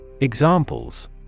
Examples